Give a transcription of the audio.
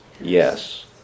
yes